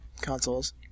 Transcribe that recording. consoles